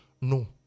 No